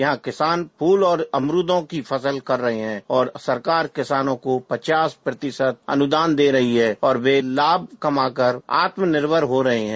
यहां किसान फूल और अमरूदों की फसल कर रहे हैं और सरकार किसानों को पचास प्रतिशत अनुदान दे रही है और वे लाभ कमाकर आत्मनिर्भर हो रहे है